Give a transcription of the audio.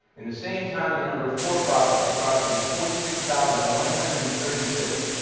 in the same time, the number of for-profits that crossed it is forty six thousand one hundred and thirty six.